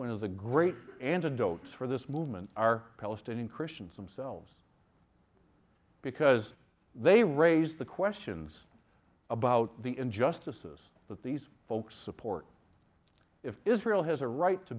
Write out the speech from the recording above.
the great antidotes for this movement are palestinian christians themselves because they raise the questions about the injustices that these folks support if israel has a right to